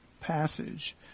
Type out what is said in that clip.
passage